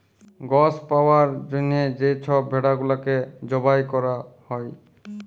গস পাউয়ার জ্যনহে যে ছব ভেড়া গুলাকে জবাই ক্যরা হ্যয়